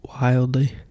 wildly